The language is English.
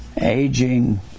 aging